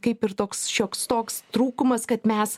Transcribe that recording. kaip ir toks šioks toks trūkumas kad mes